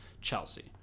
Chelsea